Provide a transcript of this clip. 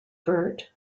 vert